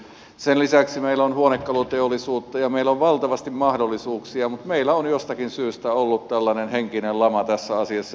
sen lisäksi meillä on huonekaluteollisuutta ja meillä on valtavasti mahdollisuuksia mutta meillä on jostakin syystä ollut tällainen henkinen lama tässä asiassa